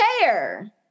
chair